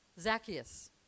zacchaeus